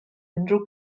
unrhyw